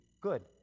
good